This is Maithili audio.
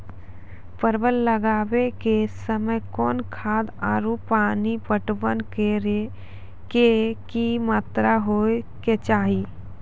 परवल लगाबै के समय कौन खाद आरु पानी पटवन करै के कि मात्रा होय केचाही?